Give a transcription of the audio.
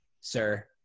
sir